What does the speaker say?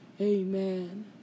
amen